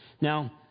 now